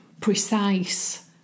precise